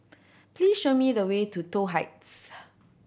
please show me the way to Toh Heights